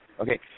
Okay